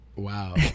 Wow